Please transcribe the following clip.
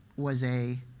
was a